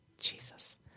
Jesus